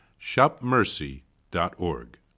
shopmercy.org